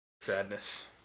Sadness